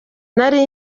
nari